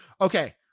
okay